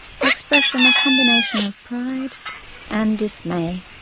her expression a combination of pride and dismay.